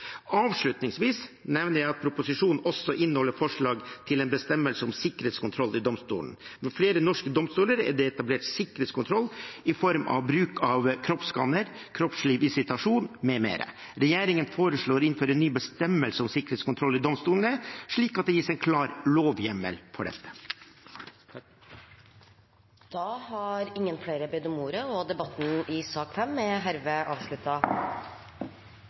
Avslutningsvis nevner jeg at proposisjonen også inneholder forslag til en bestemmelse om sikkerhetskontroll i domstolen. Ved flere norske domstoler er det etablert sikkerhetskontroll i form av bruk av kroppsskanner, kroppslig visitasjon m.m. Regjeringen foreslår å innføre en ny bestemmelse om sikkerhetskontroll ved domstolene, slik at det gis en klar lovhjemmel for dette. Flere har ikke bedt om ordet